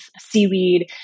seaweed